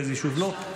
באיזה יישוב לא,